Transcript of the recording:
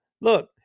look